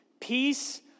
peace